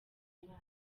uyu